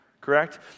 Correct